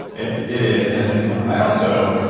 it it is and i also.